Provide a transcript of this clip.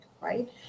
right